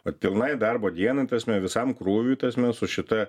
vat pilnai darbo dienai ta prasme visam krūviui ta prasme su šita